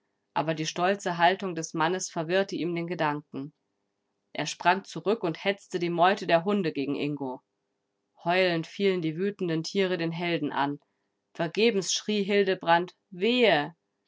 aber die stolze haltung des mannes verwirrte ihm den gedanken er sprang zurück und hetzte die meute der hunde gegen ingo heulend fielen die wütenden tiere den helden an vergebens schrie hildebrand wehe